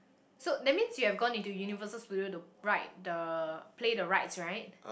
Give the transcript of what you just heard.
so that means you have gone into Universal Studios to ride the play the rides right